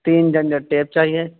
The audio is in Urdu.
تین درجن ٹیپ چاہیے